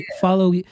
follow